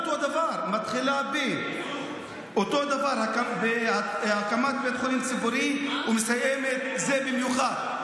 אותו הדבר: מתחילה ב"הקמת בית חולים ציבורי" ומסיימת: "זה במיוחד".